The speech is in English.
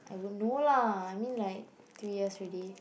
I would know lah I mean like three years already